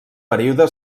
període